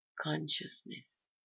consciousness